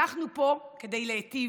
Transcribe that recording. אנחנו פה כדי להיטיב,